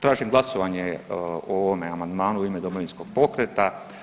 Tražim glasovanje o ovome amandmanu u ime Domovinskog pokreta.